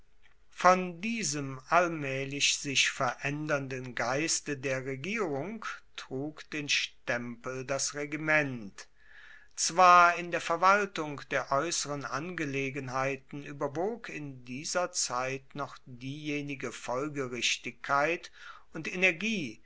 von diesem allmaehlich sich veraendernden geiste der regierung trug den stempel das regiment zwar in der verwaltung der aeusseren angelegenheiten ueberwog in dieser zeit noch diejenige folgerichtigkeit und energie